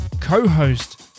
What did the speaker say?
co-host